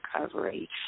recovery